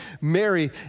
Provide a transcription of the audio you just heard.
Mary